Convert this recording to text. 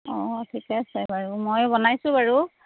অঁ ঠিকে আছে বাৰু মই বনাইছোঁ বাৰু